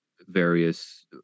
various